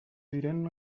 diren